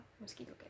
mosquito